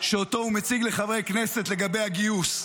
שהוא מציג לחברי כנסת לגבי הגיוס,